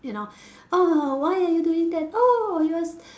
you know oh why are you doing that oh you are